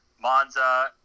Monza